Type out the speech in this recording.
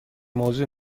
موضوع